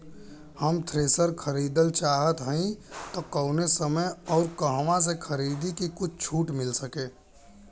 हम थ्रेसर खरीदल चाहत हइं त कवने समय अउर कहवा से खरीदी की कुछ छूट मिल सके?